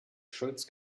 schulz